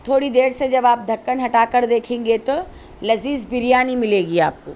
تھوڑی دیر سے جب آپ ڈھکن ہٹا کر دیکھیں گے تو لذیذ بریانی ملے گی آپ کو